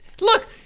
Look